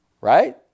Right